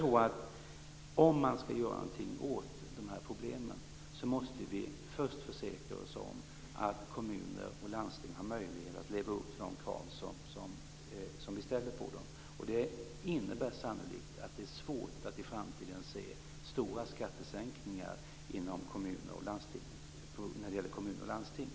Om vi skall kunna göra någonting åt de här problemen måste vi först försäkra oss om att kommuner och landsting har möjlighet att leva upp till de krav som vi ställer på dem. Det innebär sannolikt att det blir svårt att i framtiden se stora skattesänkningar inom kommuner och landsting.